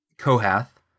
Kohath